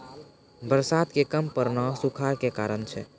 बरसात के कम पड़ना सूखाड़ के कारण छै